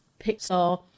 Pixar